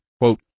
quote